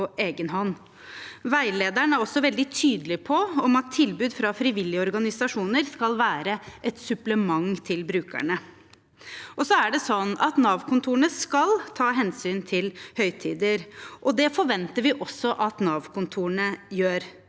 Veilederen er også veldig tydelig på at tilbud fra frivillige organisasjoner skal være et supplement til brukerne. Og så er det sånn at Nav-kontorene skal ta hensyn til høytider, og det forventer vi også at Nav-kontorene gjør.